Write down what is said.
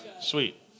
sweet